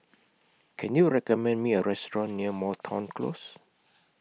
Can YOU recommend Me A Restaurant near Moreton Close